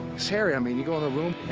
it's hairy. i mean, you go in the room.